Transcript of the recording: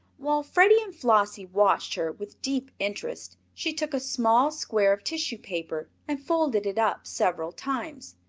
while freddie and flossie watched her with deep interest, she took a small square of tissue paper and folded it up several times.